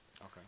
Okay